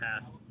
past